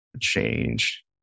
change